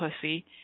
pussy